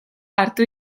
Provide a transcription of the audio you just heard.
hartu